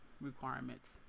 requirements